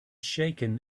shaken